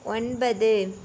ஒன்பது